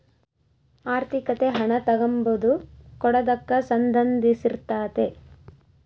ಆರ್ಥಿಕತೆ ಹಣ ತಗಂಬದು ಕೊಡದಕ್ಕ ಸಂದಂಧಿಸಿರ್ತಾತೆ